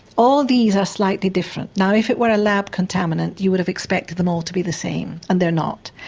all these are slightly different. now if it were a lab contaminant you would have expected them all to be the same and they're not.